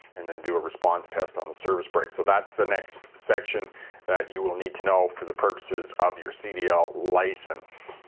and then do a response test on the service brakes. so that's the next section that you will need to know for the purposes of your cdl license.